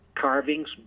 carvings